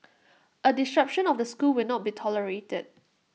A disruption of the school will not be tolerated